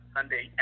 Sunday